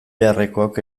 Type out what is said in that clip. beharrekoak